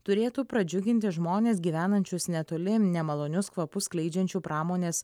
turėtų pradžiuginti žmones gyvenančius netoli nemalonius kvapus skleidžiančių pramonės